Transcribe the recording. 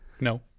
No